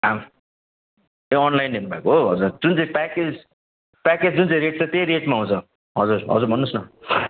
ए online हेर्नुभएको हो हजुर जुन चाहिँ प्याकेज प्याकेज जुन चाहिँ रेट छ त्यही रेटमा आउँछ हजुर हजुर भन्नुहोस् न